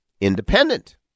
independent